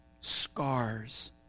scars